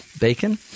bacon